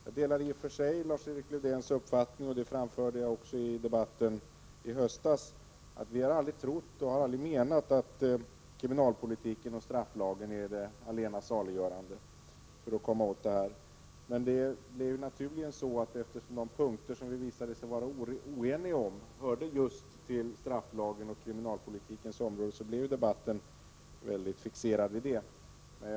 Jag delar i och för sig Lars-Erik Lövdéns uppfattning, vilket jag också framförde i debatten i höstas. Vi har aldrig trott eller menat att kriminalpolitiken och strafflagen är det allena saliggörande för att komma åt detta problem. Men de punkter som det visade sig att vi var oeniga om hörde just till strafflagens och kriminalpolitikens områden, och det var naturligt att debatten blev väldigt fixerad vid just detta.